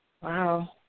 Wow